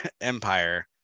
Empire